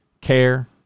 care